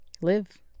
live